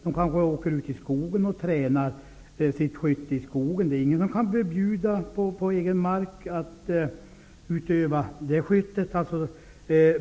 De kanske åker ut i skogen och tränar skytte där; ingen kan förbjuda en skytt att utöva skytte på egen mark.